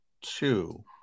two